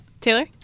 Taylor